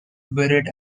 buried